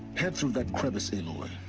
head through that crevice, aloy.